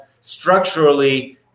structurally